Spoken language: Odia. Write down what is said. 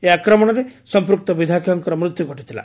ଏହି ଆକ୍ରମଣରେ ସମ୍ପୃକ୍ତ ବିଧାୟକଙ୍କର ମୃତ୍ୟୁ ଘଟିଥିଲା